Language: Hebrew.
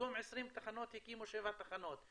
במקום 20 תחנות הקימו שבע תחנות,